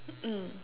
mm